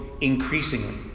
increasingly